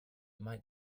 might